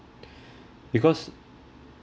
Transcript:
because